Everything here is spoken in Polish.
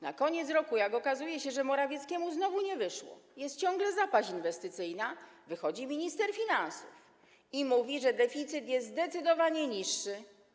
Na koniec roku, jak okazuje się, że Morawieckiemu znowu nie wyszło, jest ciągle zapaść inwestycyjna, wychodzi minister finansów i mówi, że deficyt jest zdecydowanie niższy.